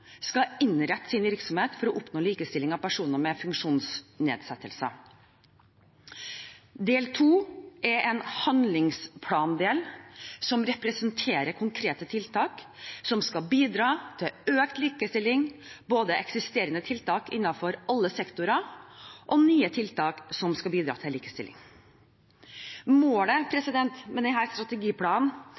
skal innrette sin virksomhet for å oppnå likestilling av personer med funksjonsnedsettelser, og del to er en handlingsplandel som representerer konkrete tiltak som skal bidra til økt likestilling, både eksisterende tiltak innenfor alle sektorer og nye tiltak som skal bidra til likestilling. Målet med denne strategiplanen